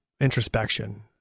introspection